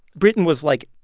britain was, like,